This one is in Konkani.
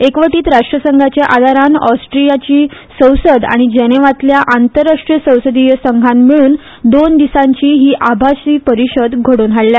एकवटीत राष्ट्रसंघाच्या आदारान ऑस्ट्रीयाची संसद आनी जेनेवांतल्या आंतर संसदीय संघान मेळून दोन दिसांची ही आभासी परिशद घडोवन हाडल्या